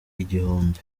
igihumbi